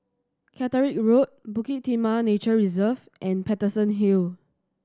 Caterick Road Bukit Timah Nature Reserve and Paterson Hill